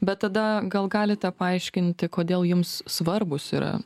bet tada gal galite paaiškinti kodėl jums svarbūs yra